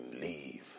leave